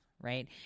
right